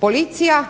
Policija